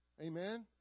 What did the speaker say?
amen